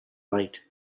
light